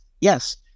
yes